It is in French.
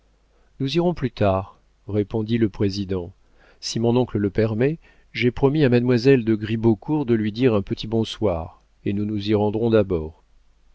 nous irons plus tard répondit le président si mon oncle le permet j'ai promis à mademoiselle de gribeaucourt de lui dire un petit bonsoir et nous nous y rendrons d'abord